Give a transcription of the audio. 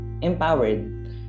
empowered